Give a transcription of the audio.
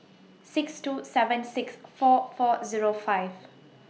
six two seven six four four Zero five